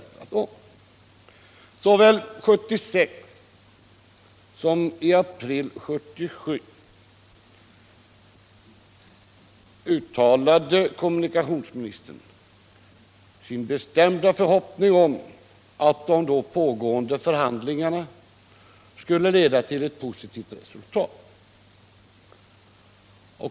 Såväl 1976 som i april 1977 uttalade kommunikationsministern sin bestämda förhoppning om att de då pågående förhandlingarna skulle leda till ett positivt resultat.